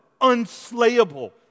unslayable